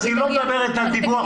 אז היא לא מדברת על דיווח פרטני.